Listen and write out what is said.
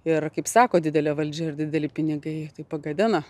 ir kaip sako didelė valdžia ir dideli pinigai tai pagadina